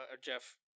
jeff